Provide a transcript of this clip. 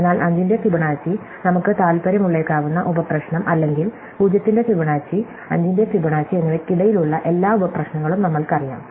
അതിനാൽ 5 ന്റെ ഫിബൊനാച്ചി നമുക്ക് താൽപ്പര്യമുള്ളേക്കാവുന്ന ഉപ പ്രശ്നം അല്ലെങ്കിൽ 0 ന്റെ ഫിബൊനാച്ചി 5 ന്റെ ഫിബൊനാച്ചി എന്നിവയ്ക്കിടയിലുള്ള എല്ലാ ഉപ പ്രശ്നങ്ങളും നമ്മൾക്കറിയാം